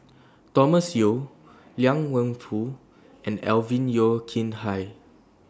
Thomas Yeo Liang Wenfu and Alvin Yeo Khirn Hai